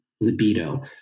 libido